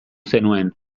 zenuen